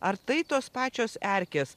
ar tai tos pačios erkės